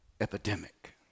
epidemic